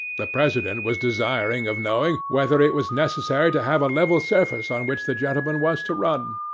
the president was desirous of knowing whether it was necessary to have a level surface on which the gentleman was to run.